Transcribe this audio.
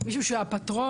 מישהו שהוא פטרון,